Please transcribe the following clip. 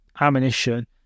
ammunition